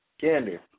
Candy